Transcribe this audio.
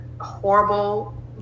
horrible